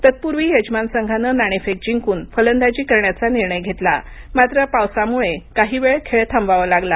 तत्पूर्वी यजमान संघानं नाणेफेक जिंकून फलंदाजी करण्याचा निर्णय घेतला मात्र पावसामुळे काही वेळ खेळ थांबवावा लागला